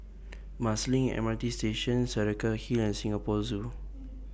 Marsiling M R T Station Saraca Hill and Singapore Zoo